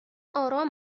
آرام